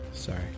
Sorry